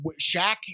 Shaq